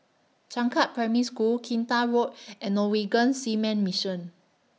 Changkat Primary School Kinta Road and Norwegian Seamen's Mission